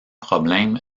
problème